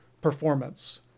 performance